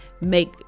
make